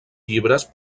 llibres